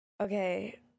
Okay